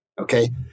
okay